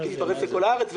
ותתפרץ לכל הארץ,